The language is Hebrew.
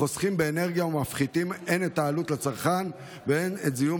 החוסכים באנרגיה ומפחיתים הן את העלות לצרכן והן את זיהום